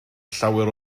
llawer